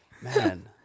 Man